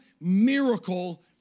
miracle